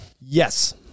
Yes